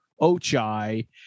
Ochai